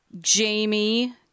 Jamie